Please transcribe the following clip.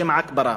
בשם עכברה.